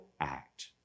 act